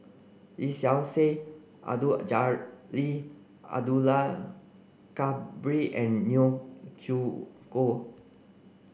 Lee Seow Ser Abdul Jalil Abdul Kadir and Neo Chwee Kok